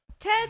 Ted